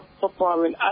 performing